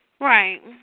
Right